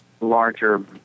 larger